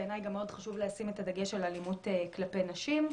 בעיניי מאוד חשוב לשים את הדגש על אלימות כלפי נשים.